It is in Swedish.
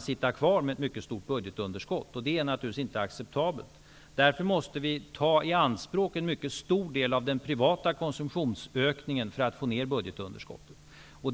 sitta kvar med ett stort budgetunderskott, och det är naturligtvis inte acceptabelt. Därför måste vi ta i anspråk en mycket stor del av den privata konsumtionsökningen för att få ner budgetunderskottet.